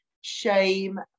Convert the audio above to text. shame